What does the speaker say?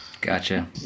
Gotcha